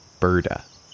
BIRDA